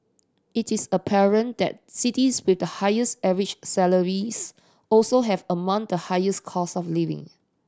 it is apparent that cities with the highest average salaries also have among the highest cost of living